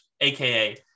aka